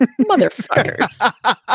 Motherfuckers